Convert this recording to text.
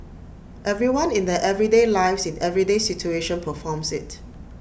everyone in their everyday lives in everyday situation performs IT